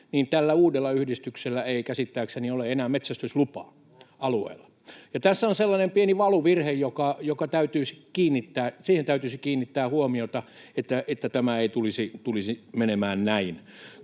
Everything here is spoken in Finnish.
niin tällä uudella yhdistyksellä ei käsittääkseni ole enää metsästyslupaa alueella. Ja tässä on sellainen pieni valuvirhe, johon täytyisi kiinnittää huomiota, että tämä ei tulisi menemään näin,